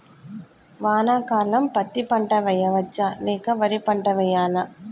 వానాకాలం పత్తి పంట వేయవచ్చ లేక వరి పంట వేయాలా?